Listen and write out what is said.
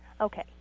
Okay